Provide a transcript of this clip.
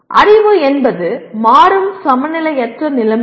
அறிவு என்பது மாறும் சமநிலையற்ற நிலைமைகள்